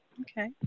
Okay